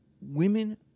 women